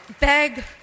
beg